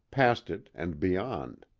past it, and beyond.